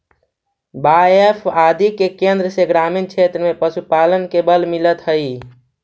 बाएफ आदि के केन्द्र से ग्रामीण क्षेत्र में पशुपालन के बल मिलित हइ